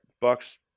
bucks